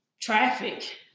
traffic